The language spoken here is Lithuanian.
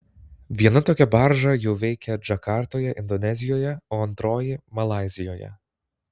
viena tokia barža jau veikia džakartoje indonezijoje o antroji malaizijoje